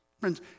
Friends